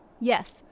Yes